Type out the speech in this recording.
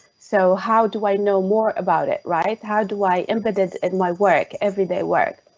so how do i know more about it, right? how do i embedded in my work everyday work?